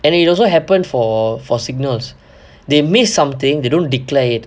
and it also happen for for signals they miss something they don't declare